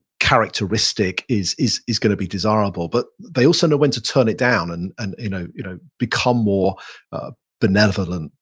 characteristic is is going to be desirable. but they also know when to turn it down and and you know you know become more benevolent,